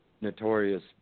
Notorious